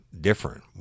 different